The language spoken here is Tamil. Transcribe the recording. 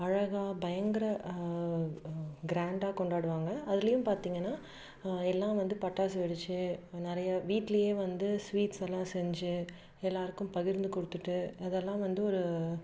அழகாக பயங்கர கிராண்டாக கொண்டாடுவாங்க அதுலையும் பார்த்திங்கன்னா எல்லாம் வந்து பட்டாசு வெடிச்சு நிறைய வீட்லையே வந்து ஸ்வீட்ஸெல்லாம் செஞ்சு எல்லாருக்கும் பகிர்ந்து கொடுத்துட்டு அதெல்லாம் வந்து ஒரு